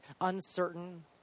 uncertain